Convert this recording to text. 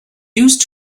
used